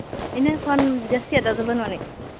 ᱤᱱᱟᱹ ᱠᱷᱚᱱ ᱡᱟᱹᱥᱛᱤᱭᱟᱜ ᱫᱚ ᱟᱫᱚ ᱵᱟᱹᱱᱩᱜᱼᱟᱹᱱᱤᱡ